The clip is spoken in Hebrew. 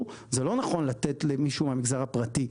זה לא נכון לתת למישהו מהמגזר הפרטי,